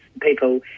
people